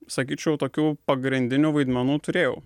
sakyčiau tokių pagrindinių vaidmenų turėjau